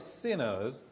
sinners